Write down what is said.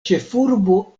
ĉefurbo